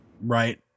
Right